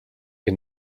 you